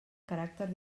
caràcter